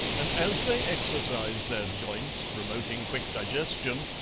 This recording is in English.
and as they exercised their joints, promoting quick digestion,